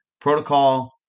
protocol